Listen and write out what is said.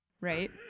right